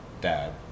dad